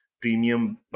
premium